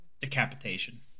Decapitation